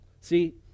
See